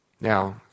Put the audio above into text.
Now